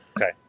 Okay